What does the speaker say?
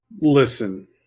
Listen